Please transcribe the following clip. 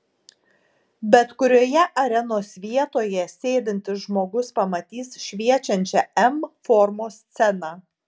bet kurioje arenos vietoje sėdintis žmogus pamatys šviečiančią m formos sceną